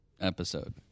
episode